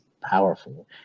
powerful